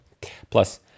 plus